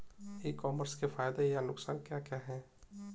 ई commerce के फायदे या नुकसान क्या क्या हैं?